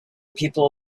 people